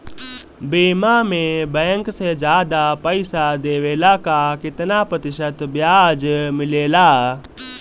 बीमा में बैंक से ज्यादा पइसा देवेला का कितना प्रतिशत ब्याज मिलेला?